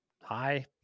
Hi